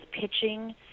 pitching